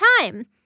time